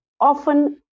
often